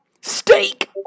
Steak